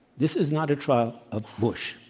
this is not a trial of bush.